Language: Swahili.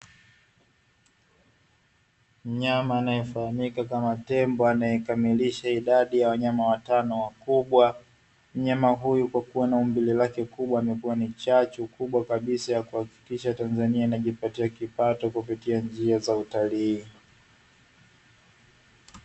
Mnyama anayefahamika kama tembo anayekamilisha idadi ya wanyama watano wakubwa. Mnyama huyu kwa kuwa na umbile lake kubwa amekuwa ni chachu kubwa kabisa ya kuhakikisha Tanzania inajipatia kipato kupitia njia za utalii.